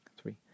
three